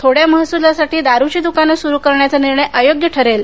थोड्या महसूलासाठी दारूची दुकानं सुरू करण्याचा निर्णय अयोग्य ठरेल